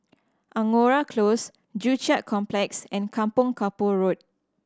Angora Close Joo Chiat Complex and Kampong Kapor Road